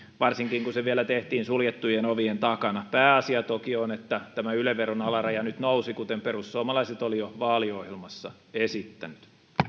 varsinkin kun se vielä tehtiin suljettujen ovien takana pääasia toki on että tämä yle veron alaraja nyt nousi kuten perussuomalaiset olivat jo vaaliohjelmassa esittäneet